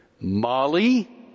Molly